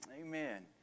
Amen